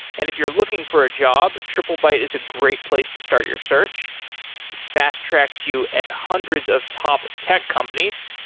and if you're looking for a job, triplebyte is a great place to start your search, it fast-tracks you at hundreds of top tech companies.